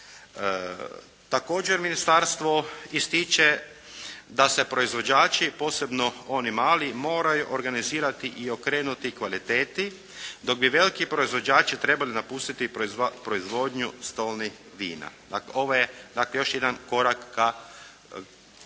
Također ministarstvo ističe da se proizvođači posebno oni mali moraju organizirati i okrenuti kvaliteti dok bi veliki proizvođači trebali napustiti proizvodnju stolnih vina. Ovo je dakle još jedan korak ka